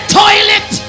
toilet